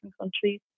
countries